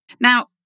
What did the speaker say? Now